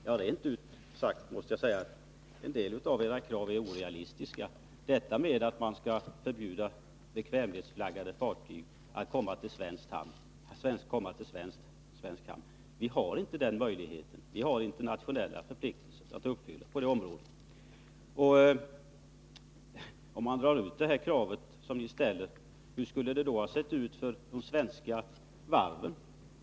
Ja, en del av dem är rent ut sagt orealistiska. Ett av dem går ut på att förbjuda bekvämlighetsflaggade fartyg att komma till svensk hamn. Den möjligheten har vi inte, utan vi måste uppfylla våra internationella förpliktelser på det området. Hur skulle f. ö. ett genomdrivande av era krav ha tett sig för varven?